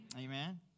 Amen